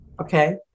okay